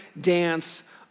dance